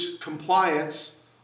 compliance